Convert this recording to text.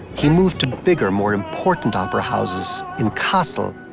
he moved to bigger, more important opera houses in kassel,